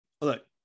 look